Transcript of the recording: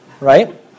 right